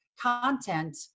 content